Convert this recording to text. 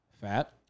Fat